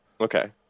Okay